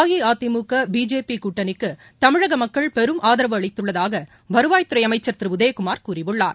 AIADMK BJP கூட்டணிக்கு தமிழக மக்கள் பெரும் ஆதரவு அளித்துள்ளதாக வருவாய்த்துறை அமைச்சர் திரு உதயகுமார் கூறியுள்ளார்